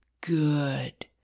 Good